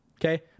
Okay